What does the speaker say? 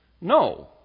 No